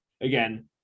again